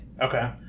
okay